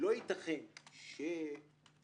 לא ייתכן שהמועצה,